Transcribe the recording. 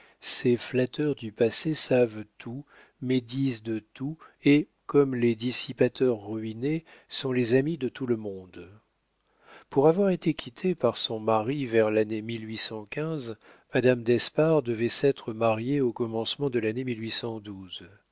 ces flatteurs du passé savent tout médisent de tout et comme les dissipateurs ruinés sont les amis de tout le monde pour avoir été quittée par son mari vers lannée madame d'espard devait s'être mariée au commencement de l'année